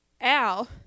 al